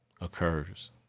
occurs